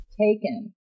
taken